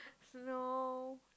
no